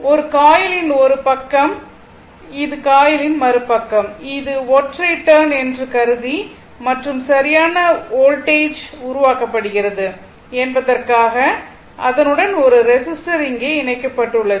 இது காயிலின் ஒரு பக்கம் இது காயிலின் மறுபக்கம் இது ஒரு ஒற்றை டேர்ன் என்று கருதி மற்றும் சரியான வோல்டேஜ் உருவாக்கப்படுகிறதா என்பதற்காக அதனுடன் ஒரு ரெசிஸ்டர் இங்கே இணைக்கப்பட்டுள்ளது